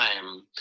time